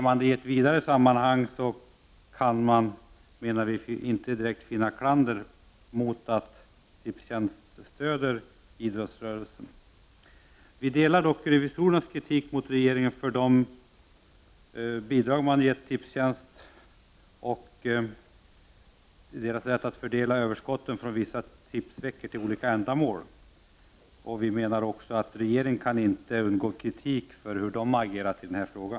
Men i ett vidare sammanhang menar vi att man självfallet inte direkt kan anföra klander mot att Tipstjänst stöder idrottsrörelsen. Vi instämmer dock i den kritik som riksdagens revisorer riktar mot regeringen för de bidrag som man gett Tipstjänst och för dess rätt att fördela överskotten från vissa tipsveckor på olika ändamål. Regeringen kan inte undgå att få kritik för agerandet i denna fråga.